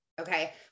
Okay